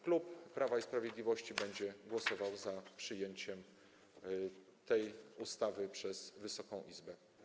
Klub Prawa i Sprawiedliwości będzie głosował za przyjęciem tej ustawy przez Wysoką Izbę.